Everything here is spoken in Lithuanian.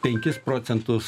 penkis procentus